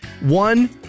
One